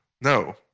No